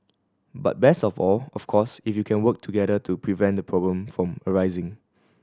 but best of all of course if you can work together to prevent the problem from arising